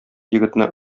егетне